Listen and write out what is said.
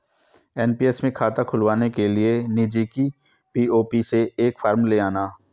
NPS में खाता खुलवाने के लिए नजदीकी पी.ओ.पी से एक फॉर्म ले आना